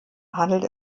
handelt